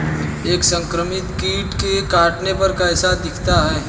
एक संक्रमित कीट के काटने पर कैसा दिखता है?